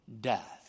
death